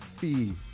fee